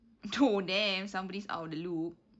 oh damn somebody's out of the loop